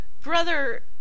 Brother